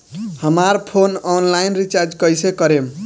हमार phone online recharge कईसे करेम?